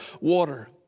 water